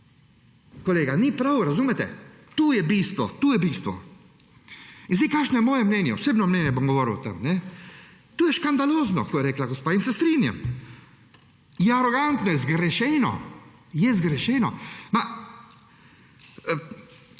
Kolega, ni prav, a razumete. To je bistvo. Kakšno je moje mnenje, osebno mnenje, bom govoril o tem. To je škandalozno, kar je rekla gospa, in se strinjam. Je arogantno, je zgrešeno. Vi zdaj